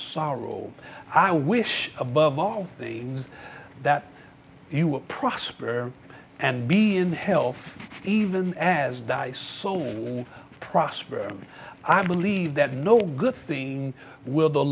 sorrow i wish above all things that you will prosper and be in health even as dice soul prosper i believe that no good thing will the